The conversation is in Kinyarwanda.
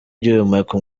ugihumeka